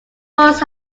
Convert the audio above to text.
forests